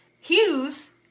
Hughes